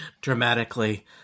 dramatically